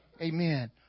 Amen